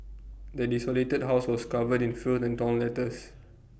the desolated house was covered in filth and torn letters